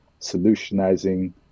solutionizing